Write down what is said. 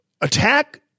attack